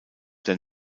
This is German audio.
der